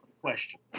question